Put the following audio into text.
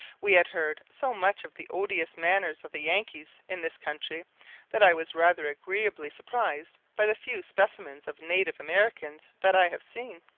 we had heard so much of the odious manners of the yankees in this country that i was rather agreeably surprised by the few specimens of native americans that i have seen.